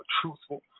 truthful